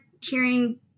hearing